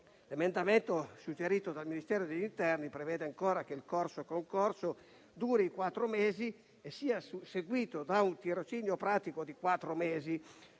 emendamento suggerito dal Ministero dell'interno prevede che il corso-concorso duri quattro mesi e sia seguito da un tirocinio pratico di quattro mesi.